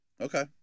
Okay